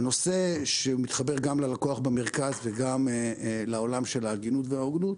והנושא שמתחבר גם ללקוח במרכז וגם לעולם של ההגינות וההוגנות,